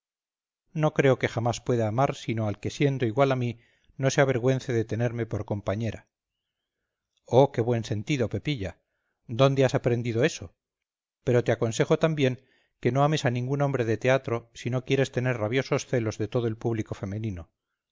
no creo que jamás pueda amar sino al que siendo igual a mí no se avergüence de tenerme por compañera oh qué buen sentido pepilla dónde has aprendido eso pero te aconsejo también que no ames a ningún hombre de teatro si no quieres tener rabiosos celos de todo el público femenino